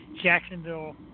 Jacksonville